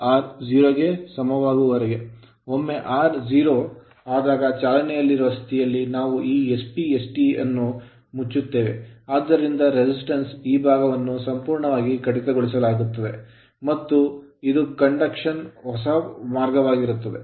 ಒಮ್ಮೆ r 0 ಚಾಲನೆಯಲ್ಲಿರುವ ಸ್ಥಿತಿಯಲ್ಲಿ ನಾವು ಈ SPST switch ಸ್ವಿಚ್ ಅನ್ನು ಮುಚ್ಚುತ್ತೇವೆ ಆದ್ದರಿಂದ resistance ಪ್ರತಿರೋಧದ ಈ ಭಾಗವನ್ನು ಸಂಪೂರ್ಣವಾಗಿ ಕಡಿತಗೊಳಿಸಲಾಗುತ್ತದೆ ಮತ್ತು ಇದು conduction ವಾಹಕತೆಯ ಹೊಸ ಮಾರ್ಗವಾಗಿರುತ್ತದೆ